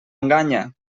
enganya